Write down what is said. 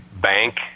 bank